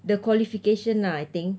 the qualification lah I think